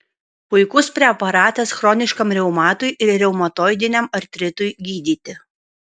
puikus preparatas chroniškam reumatui ir reumatoidiniam artritui gydyti